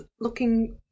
looking